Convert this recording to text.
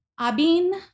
-Abin